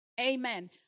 Amen